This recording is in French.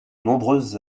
nombreuses